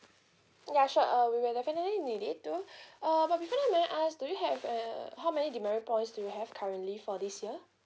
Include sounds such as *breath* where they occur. yeah sure uh we will definitely need it too *breath* uh but before that may I ask do you have uh how many demerit points do you have currently for this year